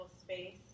space